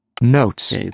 notes